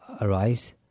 arise